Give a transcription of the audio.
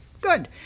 good